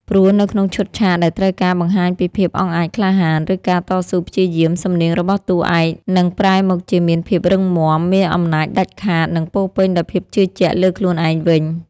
ព្រោះនៅក្នុងឈុតឆាកដែលត្រូវការបង្ហាញពីភាពអង់អាចក្លាហាន ឬការតស៊ូព្យាយាម សំនៀងរបស់តួឯកនឹងប្រែមកជាមានភាពរឹងមាំ មានអំណាចដាច់ខាត និងពោពេញដោយភាពជឿជាក់លើខ្លួនឯងវិញ។